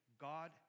God